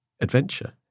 adventure